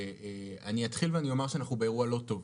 אני אתחיל ואני יאמר שאנחנו באירוע לא טוב.